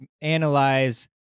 analyze